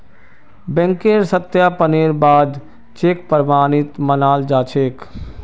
बैंकेर सत्यापनेर बा द चेक प्रमाणित मानाल जा छेक